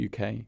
UK